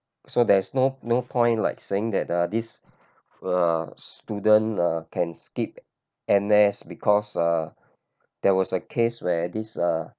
so there's no no point like saying that uh this uh student uh can skip N_S because uh there was a case where this uh